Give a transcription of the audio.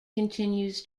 continues